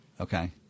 Okay